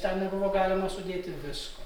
ten nebuvo galima sudėti visko